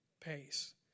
pace